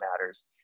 matters